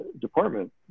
department